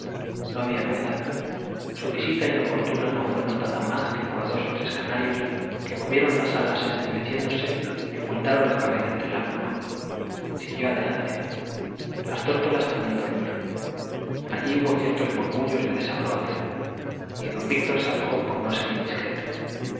no había novedad su visita inoportuna no fue notada más que por dos o tres canarios que movieron las alas estremeciéndose y ocultaron la cabeza entre la pluma siguió adelante las tórtolas también dormían allí hubo ciertos murmullos de desaprobación y don víctor se alejó por no ser indiscreto